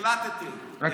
החלטתם,